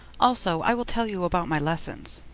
also i will tell you about my lessons.